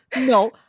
No